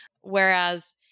Whereas